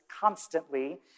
constantly